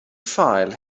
file